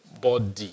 body